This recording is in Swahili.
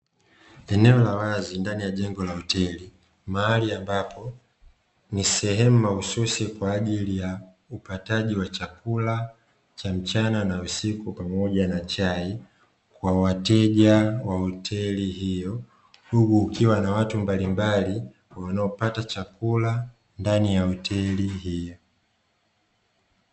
Eneo la wazi ndani ya jengo la hoteli, mahali ambapo ni sehemu mahususi kwa ajili ya upataji wa chakula cha mchana na usiku pamoja na chai kwa wateja wa hoteli hiyo. Huku kukiwa na watu mbalimbali wanaopata chakula ndani ya hoteli hiyo.